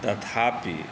तथापि